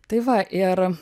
tai va ir